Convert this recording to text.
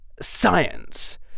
science